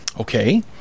Okay